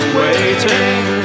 waiting